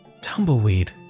Tumbleweed